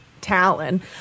talon